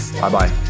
Bye-bye